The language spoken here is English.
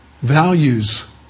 values